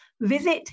Visit